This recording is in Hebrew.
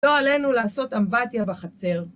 לא עלינו לעשות אמבטיה בחצר.